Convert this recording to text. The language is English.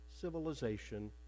civilization